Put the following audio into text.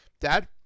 Dad